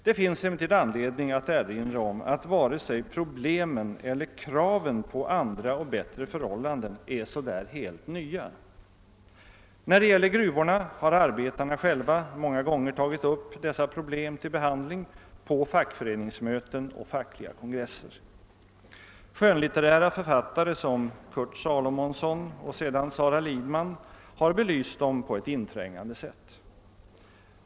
Det finns emellertid anledning att erinra om att varken problemen eller kraven på andra och bättre förhållanden är helt nya. När det gäller gruvorna har arbetarna själva många gånger tagit upp dessa problem till behandling på fackföreningsmöten och fackliga kongresser. Skönlitterära författare som Kurt Salomonson och sedan Sara Lidman har belyst dem på ett inträngande sätt.